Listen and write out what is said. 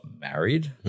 married